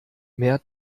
mehr